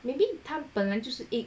maybe 他本来就是 E_G